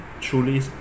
truly